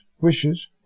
wishes